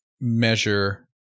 measure